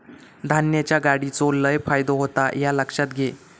धान्याच्या गाडीचो लय फायदो होता ह्या लक्षात घे